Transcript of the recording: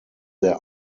their